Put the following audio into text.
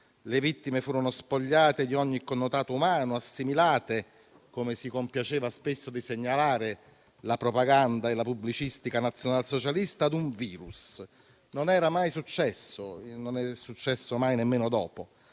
Le vittime furono spogliate di ogni connotato umano e assimilate - come si compiacevano spesso di segnalare la propaganda e la pubblicistica nazionalsocialista - a un virus. Non era mai successo e non è successo nemmeno dopo,